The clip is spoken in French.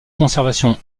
conservation